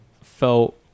felt